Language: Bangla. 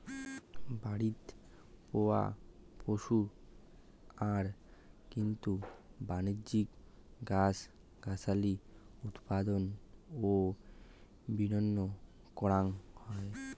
বাড়িত পোষা পশু আর কিছু বাণিজ্যিক গছ গছালি উৎপাদন ও বিপণন করাং হই